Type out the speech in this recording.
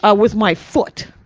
ah with my foot.